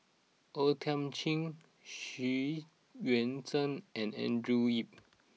O Thiam Chin Xu Yuan Zhen and Andrew Yip